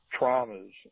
traumas